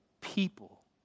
people